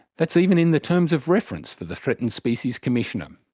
that's even in the terms of reference for the threatened species commissioner.